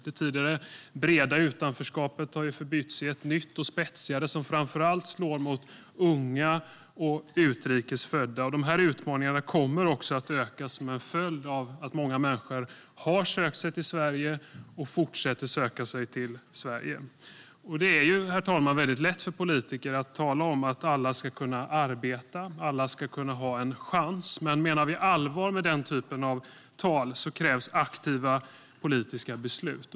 Det tidigare breda utanförskapet har förbytts i ett nytt och spetsigare som framför allt slår mot unga och utrikes födda. De utmaningarna kommer också att öka som en följd av att många människor har sökt sig till Sverige och fortsätter att söka sig till Sverige. Herr talman! Det är väldigt lätt för politiker att tala om att alla ska kunna arbeta och ha en chans. Men menar vi allvar med den typen av tal krävs aktiva politiska beslut.